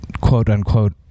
quote-unquote